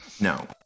No